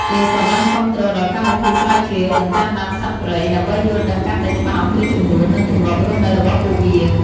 គេក៏បានគាំទ្រដល់កម្មវិធី ស្រាវជ្រាវ និងតាមដានសត្វព្រៃ ដើម្បីយល់ដឹងកាន់តែច្បាស់អំពីចំនួន និងទម្លាប់រស់នៅរបស់ពួកវា។